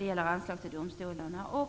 i anslag till domstolarna.